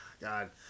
god